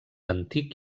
antic